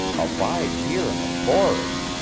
abide here in the forest!